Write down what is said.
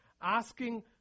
asking